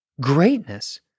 Greatness